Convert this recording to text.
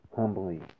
humbly